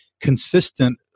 consistent